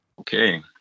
Okay